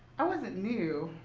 i wasn't new.